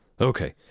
Okay